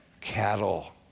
cattle